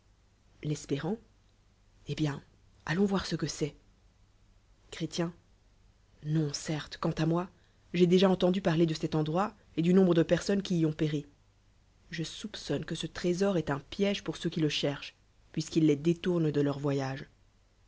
l'espérant eh bien y allons voir r ce que c'ellt chrét non certes qunùt moi j'ai déjà entendu parler de cet endroit et do nombre de personnes qui y ont péri je soupçonoe que ce trésor est no pié e pour eco't qui le chetcbeot puisqu'il les détourne de leur voyage